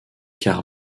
car